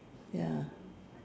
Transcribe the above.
ya